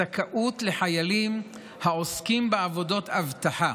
לחיילים העוסקים בעבודות אבטחה